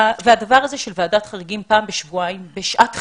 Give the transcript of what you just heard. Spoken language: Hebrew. הדבר הזה של ועדת חריגים פעם בשבועיים בשעת חירום,